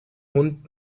hund